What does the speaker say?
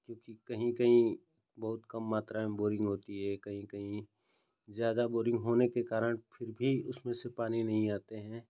क्योंकि कहीं कहीं बहुत कम मात्रा में बोरिन्ग होती है कहीं कहीं ज़्यादा बोरिन्ग होने के कारण फिर भी उसमें से पानी नहीं आता है